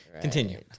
continue